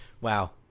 Wow